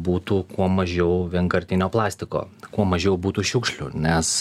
būtų kuo mažiau vienkartinio plastiko kuo mažiau būtų šiukšlių nes